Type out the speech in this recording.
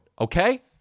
Okay